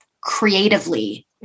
creatively